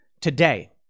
today